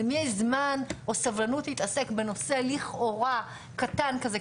למי יש זמן או סבלנות להתעסק בנושא לכאורה קטן כזה,